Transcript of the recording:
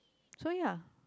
so ya